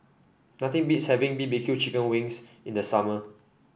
nothing beats having B B Q Chicken Wings in the summer